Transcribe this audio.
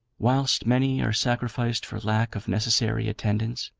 whilst many are sacrificed for lack of necessary attendance,